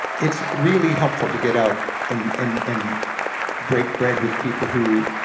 it's really helpful to get out and and and break bread with people who,